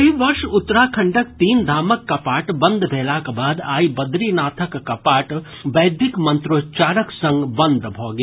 एहि वर्ष उत्तराखंडक तीन धामक कपाट बंद भेलाक बाद आइ बद्रीनाथक कपाट वैदिक मंत्रोच्चारक संग बंद भऽ गेल